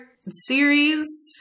series